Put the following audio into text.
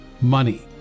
money